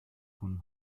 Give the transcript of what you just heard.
von